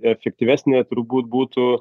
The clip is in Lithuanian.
efektyvesnė turbūt būtų